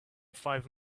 five